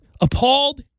appalled